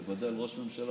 בוודאי על ראש ממשלה.